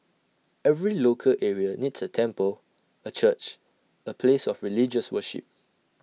every local area needs A temple A church A place of religious worship